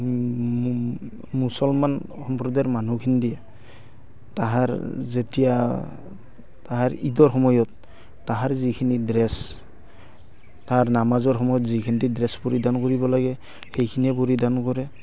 মুছলমান সম্প্ৰদায়ৰ মানুহখিনিয়ে তাহাৰ যেতিয়া তাহাৰ ঈদৰ সময়ত তাহাৰ যিখিনি ড্ৰেছ তাৰ নামাজৰ সময়ত যিখিনি ড্ৰেছ পৰিধান কৰিব লাগে সেইখিনিয়ে পৰিধান কৰে